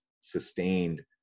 sustained